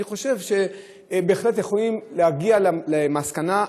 אני חושב שבהחלט יכולים להגיע למסקנה,